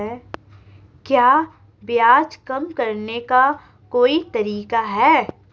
क्या ब्याज कम करने का कोई तरीका है?